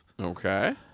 Okay